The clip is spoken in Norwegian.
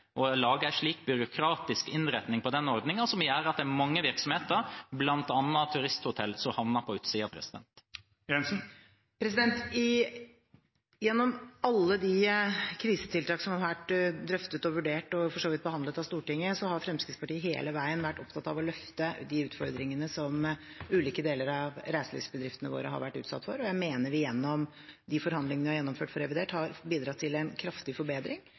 slik byråkratisk innretning på den ordningen, som gjør at det er mange virksomheter, bl.a. turisthotell, som havner på utsiden? Gjennom alle de krisetiltak som har vært drøftet og vurdert og for så vidt behandlet av Stortinget, har Fremskrittspartiet hele veien vært opptatt av å løfte de utfordringene som ulike deler av reiselivsbedriftene våre har vært utsatt for. Og jeg mener vi gjennom de forhandlingene vi har gjennomført for revidert, har bidratt til en kraftig forbedring,